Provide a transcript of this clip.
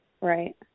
Right